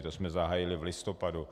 To jsme zahájili v listopadu.